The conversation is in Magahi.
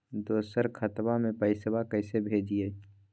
दोसर खतबा में पैसबा कैसे भेजिए?